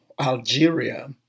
Algeria